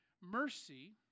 mercy